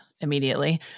immediately